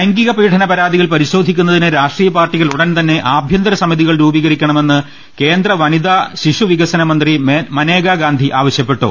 ലൈംഗിക പീഡന പരാതികൾ പരിശോധിക്കുന്നതിന് രാഷ്ട്രീയ പാർട്ടികൾ ഉടൻതന്നെ ആഭ്യന്തര സമിതികൾ രൂപീ കരിക്കണമെന്ന് കേന്ദ്ര വനിതാ ശിശു വികസന മന്ത്രി മനേക ഗാന്ധി ആവശ്യപ്പെട്ടു